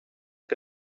que